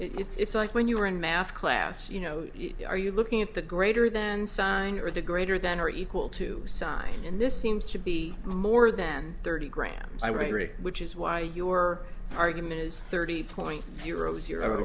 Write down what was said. d it's like when you were in math class you know are you looking at the greater than sign or the greater than or equal to sign in this seems to be more than thirty grams which is why your argument is thirty point zero zero